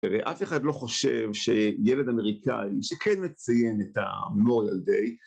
תראה, אף אחד לא חושב שילד אמריקאי שכן מציין את המודל דיי